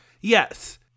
Yes